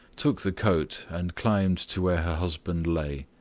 took the coat, and climbed to where her husband lay.